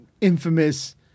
infamous